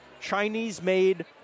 Chinese-made